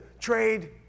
trade